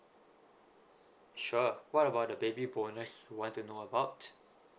sure what about the baby bonus want to know about